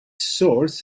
source